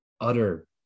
utter